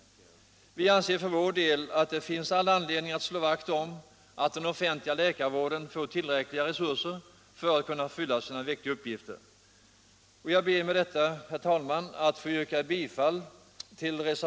Vi anser att det finns all anledning att slå vakt om att den offentliga läkarvården får tillräckliga resurser för att kunna fylla sina viktiga uppgifter.